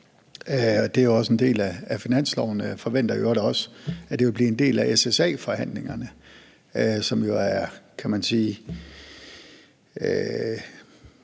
Det er også en del af finansloven, og jeg forventer i øvrigt også, at det vil blive en del af SSA-forhandlingerne, som jo,